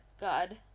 God